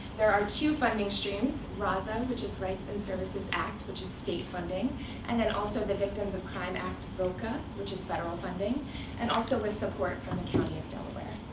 there are two funding streams rasa, which is rights and services act, which is state funding and then also, the victims of crime act, voca, which is federal funding and also, with support from the county of delaware.